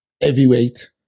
heavyweight